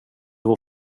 vår